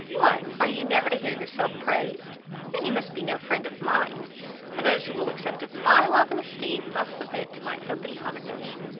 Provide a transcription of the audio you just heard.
what! are you never to hear yourself praised then you must be no friend of mine for those who will accept of my love and esteem, must submit to my open commendation.